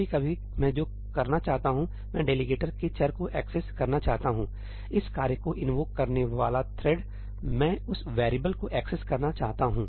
कभी कभी मैं जो करना चाहता हूं मैं डेलीगेटर के चर को एक्सेस करना चाहता हूं सही इस कार्य को इन्वोक करने वाला थ्रेड मैं उस वेरिएबल को एक्सेस करना चाहता हूं